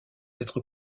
être